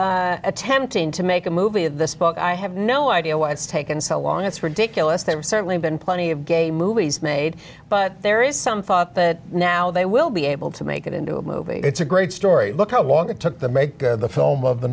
still attempting to make a movie of this book i have no idea why it's taken so long it's ridiculous they've certainly been plenty of gay movies made but there is some thought that now they will be able to make it into a movie it's a great story look how long it took the make the film of the